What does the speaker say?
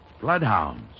bloodhounds